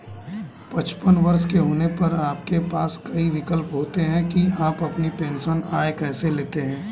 पचपन वर्ष के होने पर आपके पास कई विकल्प होते हैं कि आप अपनी पेंशन आय कैसे लेते हैं